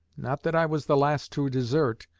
not that i was the last to desert,